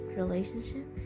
relationship